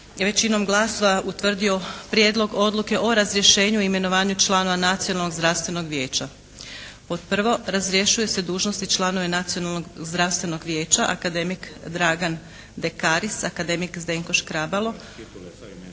većinom glasova utvrdio Prijedlog odluke o razrješenju i imenovanju članova Nacionalnog zdravstvenog vijeća. Pod prvo. Razrješuju se dužnosti članovi Nacionalnog zdravstvenog vijeća akademik Dragan Dekaris, akademik Zdenko Škrabalo,